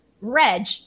Reg